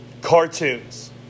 cartoons